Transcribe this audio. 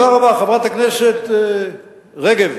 חברת הכנסת רגב,